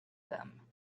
them